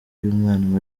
y’umwana